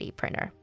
printer